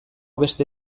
beste